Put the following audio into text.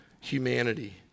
humanity